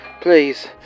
Please